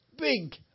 big